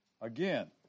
Again